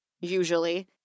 usually